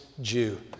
Jew